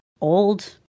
old